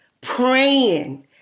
praying